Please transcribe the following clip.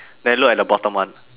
then look at the bottom one